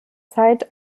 zeit